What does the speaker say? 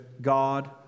God